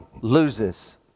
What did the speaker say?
loses